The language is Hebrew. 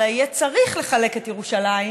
אלא יהיה צריך לחלק את ירושלים